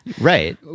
Right